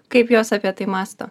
kaip jos apie tai mąsto